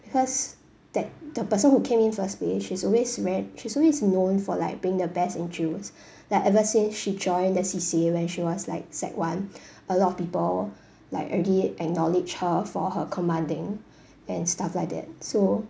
because that the person who came in first place she's always very she's always known for like being the best in drills like ever since she join the C_C_A when she was like sec one a lot of people like already acknowledge her for her commanding and stuff like that so